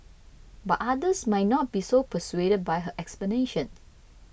but others might not be so persuaded by her explanation